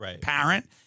parent